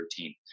13